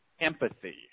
empathy